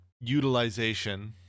utilization